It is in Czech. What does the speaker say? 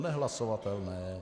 Nehlasovatelné.